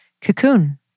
cocoon